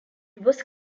was